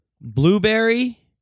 Blueberry